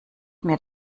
mir